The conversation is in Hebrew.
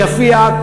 יפיע,